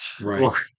Right